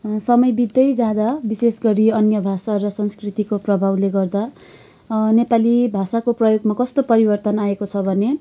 समय बित्दै जाँदा विशेष गरी अन्य भाषा र संस्कृतिको प्रभावले गर्दा नेपाली भाषाको प्रयोगमा कस्तो परिवर्तन आएको छ भने